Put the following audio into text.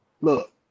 look